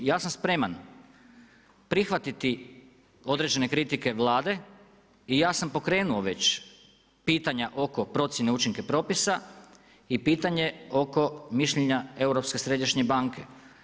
Ja sam spreman, prihvatiti određene kritike Vlade i ja sam pokrenuo već pitanja oko procjene učinka propisa i pitanje oko mišljenje Europske središnje banke.